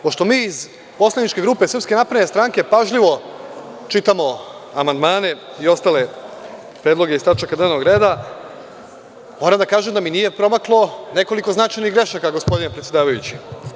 Pošto mi iz poslaničke grupe SNS pažljivo čitamo amandmane i ostale podloge iz tačaka dnevnog reda, moram da kažem da mi nije promaklo nekoliko značajnih grešaka, gospodine predsedavajući.